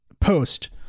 post